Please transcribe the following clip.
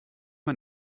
man